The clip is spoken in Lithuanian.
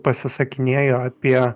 pasisakinėjo apie